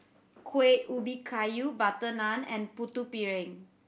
Kuih Ubi Kayu butter naan and Putu Piring